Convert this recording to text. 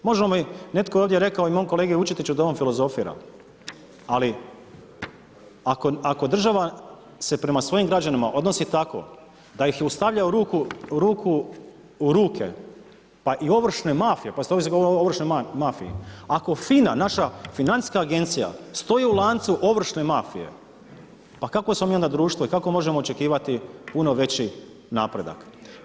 Možemo mi, netko je ovdje rekao i mom kolegi Vučetiću da on filozofira ali ako država se prema svojim građanima odnosi tako da ih stavlja u ruke pa i ovršne mafije, pazite ovdje se govori o ovršnoj mafiji, ako FINA, naša financijska agencija stoji u lancu ovršne mafije, pa kakvo smo mi onda društvo i kako možemo očekivati puno veći napredak?